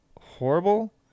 horrible